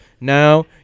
Now